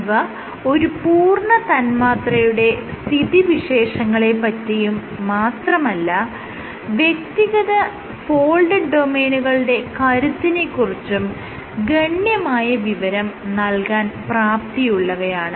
ഇവ ഒരു പൂർണ്ണ തന്മാത്രയുടെ സ്ഥിതി വിശേഷങ്ങളെ പറ്റിയും മാത്രമല്ല വ്യക്തിഗത ഫോൾഡഡ് ഡൊമെയ്നുകളുടെ കരുത്തിനെ കുറിച്ചും ഗണ്യമായ വിവരണം നല്കാൻ പ്രാപ്തിയുള്ളവയാണ്